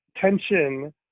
tension